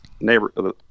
neighbor